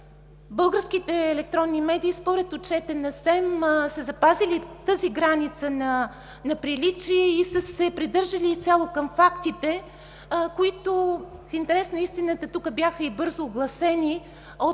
Българските електронни медии, според Отчета на СЕМ, са запазили тази граница на приличие и са се придържали изцяло към фактите, които, в интерес на истината, тук бяха и бързо огласени от